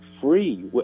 free